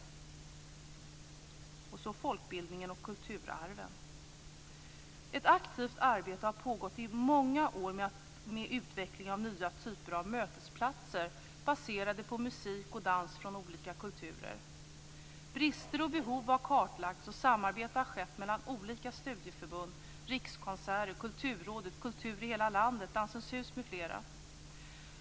Sedan vill jag gå över till folkbildningen och kulturarven. Det har i många år pågått ett aktivt arbete med utveckling av nya typer av mötesplatser baserade på musik och dans från olika kulturer. Brister och behov har kartlagts, och samarbete har skett mellan olika studieförbund: Rikskonserter, Kulturrådet, Kultur i hela landet, Dansens hus m.fl.